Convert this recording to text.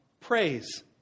praise